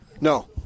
No